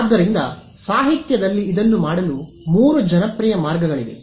ಆದ್ದರಿಂದ ಸಾಹಿತ್ಯದಲ್ಲಿ ಇದನ್ನು ಮಾಡಲು ಮೂರು ಜನಪ್ರಿಯ ಮಾರ್ಗಗಳಿವೆ